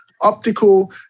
optical